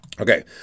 Okay